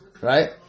right